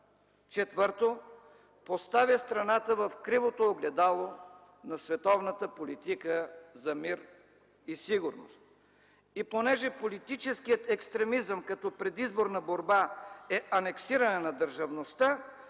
четвърто, поставя страната в кривото огледало на световната политика за мир и сигурност. И понеже политическият екстремизъм като предизборна борба е анексиране на държавността,